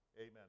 Amen